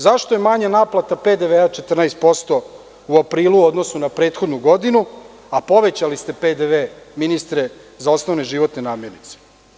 Zašto je manja naplata PDV-a 14% u aprilu u odnosu na prethodnu godinu, a povećali ste PDV ministre za osnovne životne namirnice?